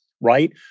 right